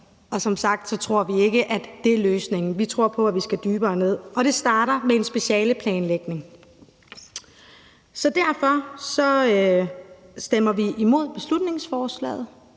Som sagt tror vi ikke, at det er løsningen. Vi tror på, at vi skal dybere ned, og det starter med specialeplanlægning. Derfor stemmer vi imod beslutningsforslaget.